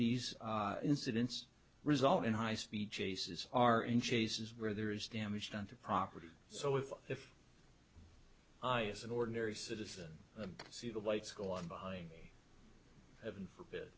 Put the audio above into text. these incidents result in high speed chases are in chases where there is damage done to property so if if i as an ordinary citizen see the lights go on behind me even for bi